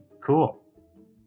Cool